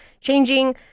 changing